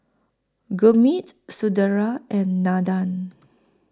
Gurmeet Sunderlal and Nandan